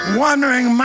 wondering